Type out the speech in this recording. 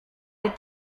des